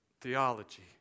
theology